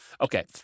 okay